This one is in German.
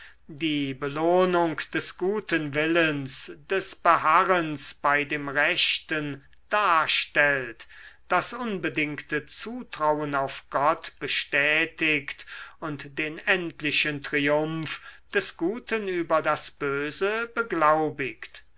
die belohnung des guten willens des beharrens bei dem rechten darstellt das unbedingte zutrauen auf gott bestätigt und den endlichen triumph des guten über das böse beglaubigt